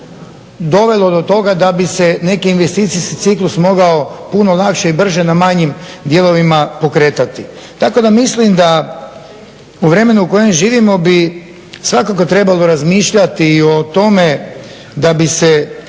da bi se neki investicijski ciklus mogao puno lakše i brže na manjim dijelovima pokretati. Tako da mislim da u vremenu u kojem živimo bi svakako trebalo razmišljati i o tome da bi se